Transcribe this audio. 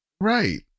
Right